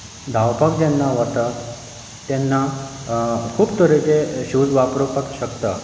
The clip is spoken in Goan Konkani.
धांवपाक जेन्ना वता तेन्ना खूब तरेचे शूज वापरपाक शकता